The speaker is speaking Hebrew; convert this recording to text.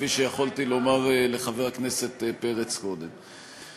כפי שיכולתי לומר לחבר הכנסת פרץ קודם.